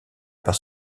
par